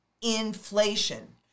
inflation